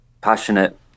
passionate